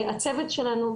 הצוות שלנו,